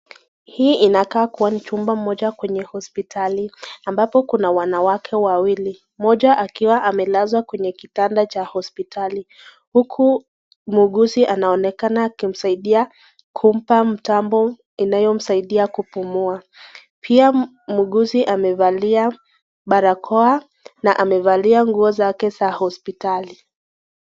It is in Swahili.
Hii inakaa kua ni chumba moja kwenye hospitali ambapo kuna wanawake wawili, mmoja akiwa amelazwa kwenye kitanda cha hospitali huku muuguzi anaonekana akimsaidia kumpa mitambo inayomsaidia kupumua. Pia muuguzi amevalia barakoa na amevalia nguo zake za hospitali.